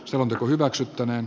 saldo hylätään